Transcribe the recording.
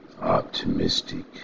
optimistic